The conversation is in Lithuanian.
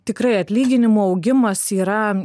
tikrai atlyginimų augimas yra